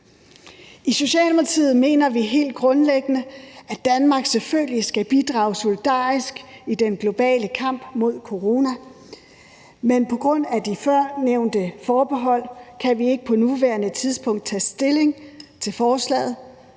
I Socialdemokratiet mener vi helt grundlæggende, at Danmark selvfølgelig skal bidrage solidarisk i den globale kamp mod corona, men på grund af de før nævnte forbehold kan vi ikke på nuværende tidspunkt tage stilling til forslaget.